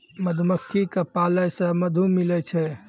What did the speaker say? मधुमक्खी क पालै से मधु मिलै छै